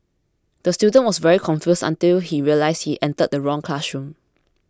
the student was very confused until he realised he entered the wrong classroom